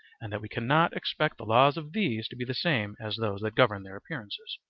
and that we cannot expect the laws of these to be the same as those that govern their appearances.